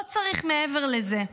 לא צריך מעבר לזה.